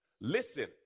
Listen